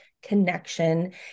connection